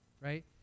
right